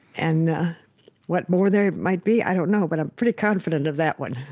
and ah what more there might be, i don't know. but i'm pretty confident of that one